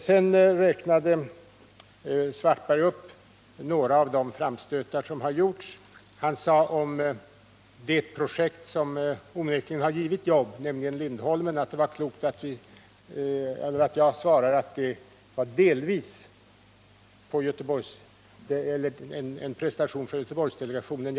Karl-Erik Svartberg räknade upp några av de framstötar som gjorts. Beträffande det projekt som onekligen givit jobb, nämligen Lindholmen, sade han att det var klokt att jag svarat att det delvis var en prestation av Göteborgsdelegtionen.